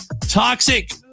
Toxic